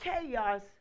chaos